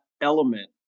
element